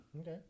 Okay